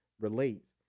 relates